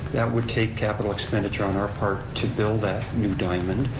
that would take capital expenditure on our part to build that new diamond.